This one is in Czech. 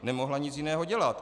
Nemohla nic jiného dělat.